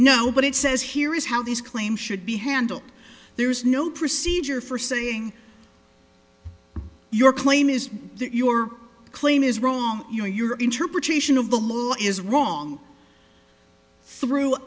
now but it says here is how these claims should be handled there is no procedure for saying your claim is that your claim is wrong you or your interpretation of the law is wrong through